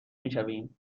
میشویم